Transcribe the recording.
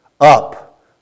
up